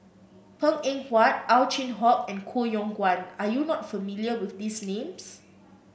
Png Eng Huat Ow Chin Hock and Koh Yong Guan are you not familiar with these names